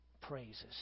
praises